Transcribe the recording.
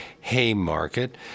Haymarket